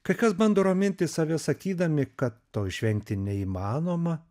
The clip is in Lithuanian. kai kas bando raminti save sakydami kad to išvengti neįmanoma